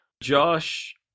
josh